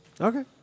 Okay